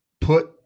put